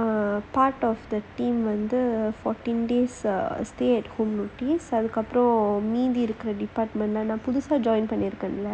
err part of the team வந்து:vanthu fourteen days a stay at home அப்புறம் மீதி இருக்குற:appuram meethi irukkura department நான் புதுசா:naan puthusaa join பண்ணி இருக்கேன்ல